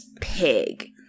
pig